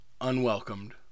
unwelcomed